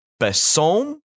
Besson